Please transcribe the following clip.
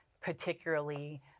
particularly